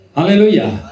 Hallelujah